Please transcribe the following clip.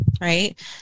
right